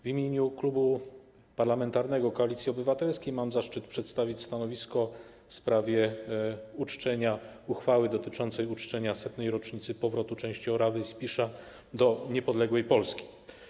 W imieniu Klubu Parlamentarnego Koalicja Obywatelska mam zaszczyt przedstawić stanowisko w sprawie uchwały dotyczącej uczczenia 100. rocznicy powrotu części Orawy i Spisza do niepodległej Polski.